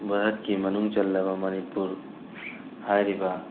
ꯚꯥꯔꯠꯀꯤ ꯃꯅꯨꯡ ꯆꯜꯂꯕ ꯃꯅꯤꯄꯨꯔ ꯍꯥꯏꯔꯤꯕ